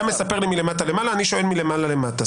אתה מספר לי מלמטה למעלה, אני שואל מלמעלה למטה.